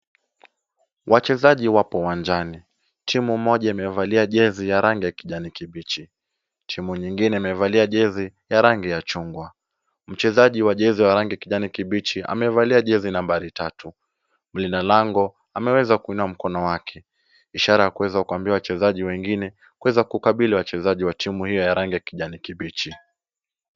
Wachezaji wapo uwanjani, timu moja imevalia jezi ya rangi ya kijani kibichi, timu nyingine imevalia jezi ya rangi ya chungwa, mchezaji wa jezo ya rangi ya kijani kibichi amevalia jezi nambari tatu, mlinda lango ameweza kuinua mkono wake, ishara ya kuweza kukuambia wachezaji wengine kuweza kukabili wachezaji wa timu hiyo ya rangi ya kijani kibichi